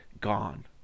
gone